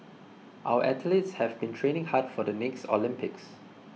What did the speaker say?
our athletes have been training hard for the next Olympics